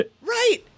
Right